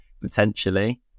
potentially